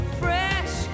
fresh